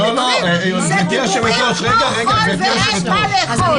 זה דיבורים כמו חול ואין מה לאכול.